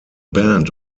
band